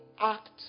act